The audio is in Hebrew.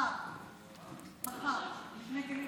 מחר, מחר נקנה כלים